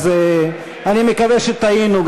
אז אני מקווה שטעינו,